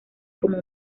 como